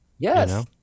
Yes